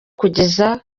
kugeza